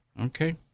okay